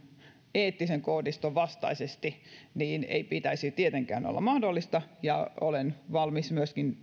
eettisen koodiston vastaisesti ei pitäisi tietenkään olla mahdollista ja olen itse valmis